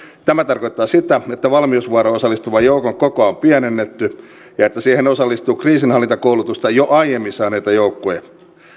tämä tarkoittaa sitä että valmiusvuoroon osallistuvan joukon kokoa on pienennetty ja että valmiusvuoroon osallistuu kriisinhallintakoulutusta jo aiemmin saaneita joukkoja